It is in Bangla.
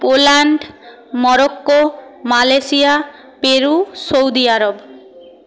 Poland Morocco Malaysia Peru Saudi Arab